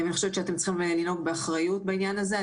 אני חושבת שאתם צריכים לנהוג באחריות בעניין הזה.